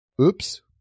Oops